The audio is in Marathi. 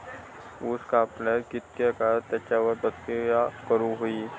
ऊस कापल्यार कितके काळात त्याच्यार प्रक्रिया करू होई?